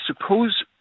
suppose